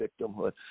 victimhood